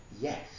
Yes